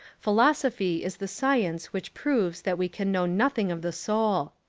philosophy is the science which proves that we can know nothing of the soul.